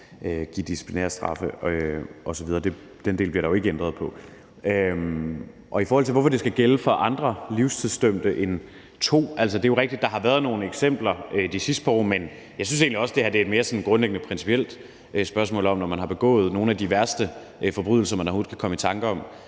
give disciplinærstraffe osv. Den del bliver der jo ikke ændret på. I forhold til hvorfor det skal gælde for andre livstidsdømte end to: Altså, det er jo rigtigt, at der har været nogle eksempler de sidste par år, men jeg synes egentlig også, at det her er et sådan mere principielt, grundlæggende spørgsmål om, at når man har begået nogle af de værste forbrydelser, vi overhovedet kan komme i tanke om,